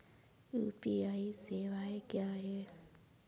UPI सवायें क्या हैं?